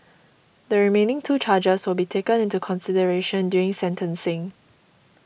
the remaining two charges will be taken into consideration during sentencing